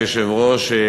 אדוני היושב-ראש,